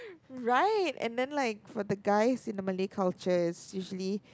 right and then like for the guys in the Malay culture it is usually